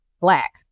Black